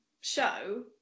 show